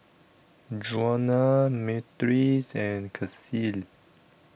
Djuana Myrtis and Kacey